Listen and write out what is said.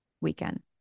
weekend